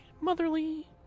motherly